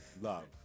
Love